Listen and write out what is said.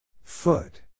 Foot